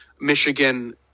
Michigan